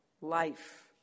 Life